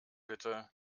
bitte